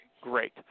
great